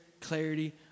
clarity